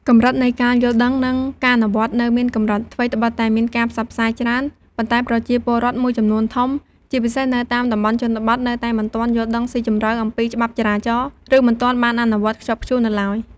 កម្រិតនៃការយល់ដឹង និងការអនុវត្តនៅមានកម្រិត: ថ្វីត្បិតតែមានការផ្សព្វផ្សាយច្រើន ប៉ុន្តែប្រជាពលរដ្ឋមួយចំនួនធំ ជាពិសេសនៅតាមតំបន់ជនបទ នៅតែ មិនទាន់យល់ដឹងស៊ីជម្រៅ អំពីច្បាប់ចរាចរណ៍ ឬមិនទាន់បានអនុវត្តខ្ជាប់ខ្ជួននៅឡើយ។